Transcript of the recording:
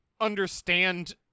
understand